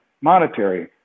monetary